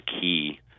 key